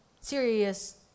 serious